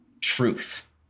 truth